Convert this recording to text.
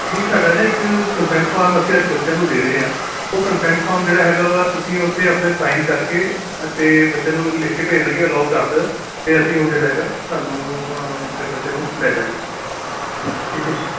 ਜੀ ਸਾਡਾ ਨਾ ਇੱਕ ਕਨਸੈਂਟ ਫਾਰਮ ਅਸੀਂ ਅੱਜ ਬੱਚਿਆਂ ਨੂੰ ਦੇ ਰਹੇ ਹਾਂ ਉਹ ਕਨਸੈਂਟ ਫਾਰਮ ਜਿਹੜਾ ਹੈਗਾ ਵਾ ਤੁਸੀਂ ਉੱਥੇ ਆਪਣੇ ਸਾਈਨ ਕਰਕੇ ਅਤੇ ਬੱਚਿਆਂ ਨੂੰ ਲਿਖ ਕੇ ਭੇਜ ਦੇਣਾ ਕਿ ਅਲਾਓ ਕਰ ਦੇ ਹੋ ਅਤੇ ਅਸੀਂ ਉਹ ਜਿਹੜਾ ਹੈਗਾ ਤੁਹਾਨੂੰ ਫੇਰ ਬੱਚੇ ਨੂੰ ਲੈ ਜਾਵਾਂਗੇ ਠੀਕ ਹੈ ਜੀ